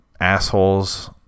assholes